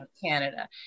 Canada